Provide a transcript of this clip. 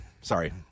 Sorry